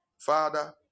Father